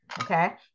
Okay